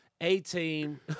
A-team